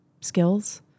skills